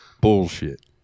bullshit